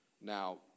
Now